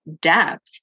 depth